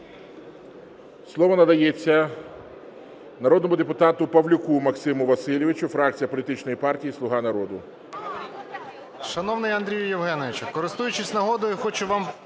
Слово надається народному депутату Павлюку Максиму Васильовичу, фракція політичної партії "Слуга народу".